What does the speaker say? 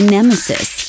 Nemesis